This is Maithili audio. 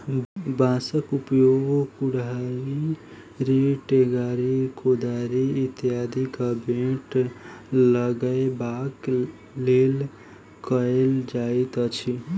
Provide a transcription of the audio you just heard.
बाँसक उपयोग कुड़हड़ि, टेंगारी, कोदारि इत्यादिक बेंट लगयबाक लेल कयल जाइत अछि